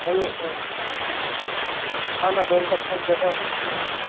मी हो ना दोन टप्प्यात जसं